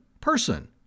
person